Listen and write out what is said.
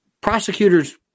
prosecutor's